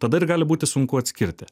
tada ir gali būti sunku atskirti